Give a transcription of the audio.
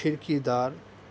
کھڑکی دار